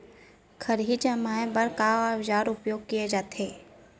खरही जमाए बर का औजार उपयोग करे जाथे सकत हे?